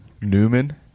Newman